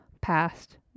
past